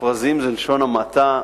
מופרזים זה בלשון המעטה,